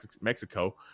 Mexico